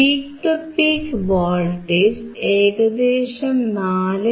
peak to peak voltage ഏകദേശം 4